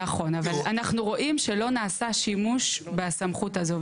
נכון אבל אנחנו רואים שלא נעשה שימוש בסמכות הזאת.